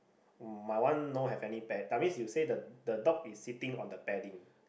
my one no have any pad I means you said the the dog is sitting on the padding